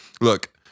Look